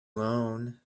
loan